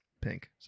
pink